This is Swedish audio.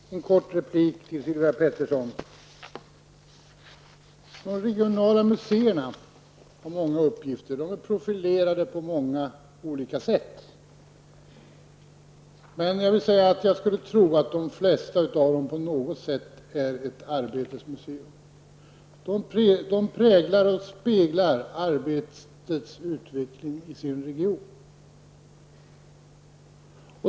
Fru talman! En kort replik till Sylvia Pettersson. De regionala museerna har många uppgifter, och de är profilerade på många olika sätt. Jag skulle tro att de flesta av dem på något sätt är ett arbetets museum. De präglar och speglar arbetets utveckling i sin region.